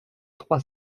trois